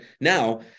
Now